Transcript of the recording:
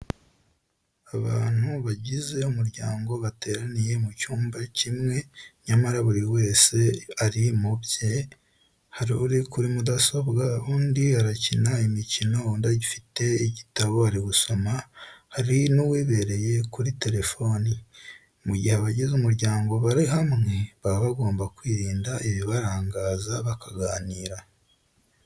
Abantu bagize umuryango bateraniye mu cyumba kimwe nyamara buri wese ari mu bye, hari uri kuri mudasobwa, undi arakina imikino, undi afite igitabo ari gusoma, hari n'uwibereye kuri telefoni. Mu gihe abagize umuryango bari hamwe baba bagomba kwirinda ibibarangaza bakaganira.